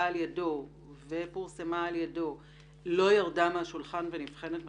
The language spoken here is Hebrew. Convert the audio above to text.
על ידו ופורסמה על ידו לא ירדה מהשולחן ונבחנת מחדש,